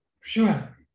Sure